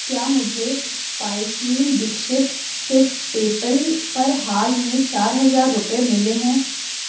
क्या मुझे Payaswini Dixit six PayPal पर हाल में चार हज़ार रुपये मिले हैं